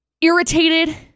irritated